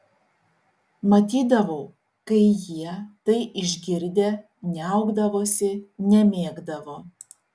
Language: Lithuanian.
matydavau kai jie tai išgirdę niaukdavosi nemėgdavo